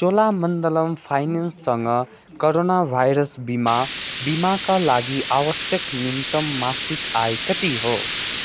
चोलामण्डलम फाइनेन्ससँग corona virus बिमा बिमाका लागि आवश्यक न्यूनतम मासिक आय कति हो